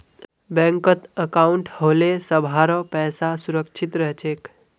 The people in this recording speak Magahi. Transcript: बैंकत अंकाउट होले सभारो पैसा सुरक्षित रह छेक